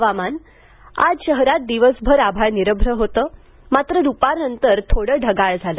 हवामान आज शहरात दिवसभर आभाळ निरभ्र होतं मात्र दुपारनंतर थोडं ढगाळ झालं